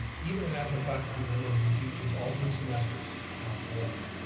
even an adjunct faculty member who teaches all three semesters for us,